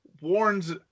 warns